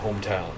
hometown